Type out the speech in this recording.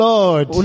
Lord